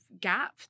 Gap